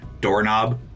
doorknob